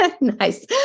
nice